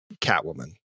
Catwoman